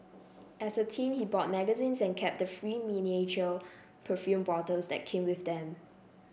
as a teen he bought magazines and kept the free miniature perfume bottles that came with them